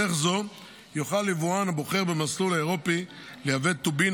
בדרך זו יוכל יבואן הבוחר במסלול האירופי לייבא טובין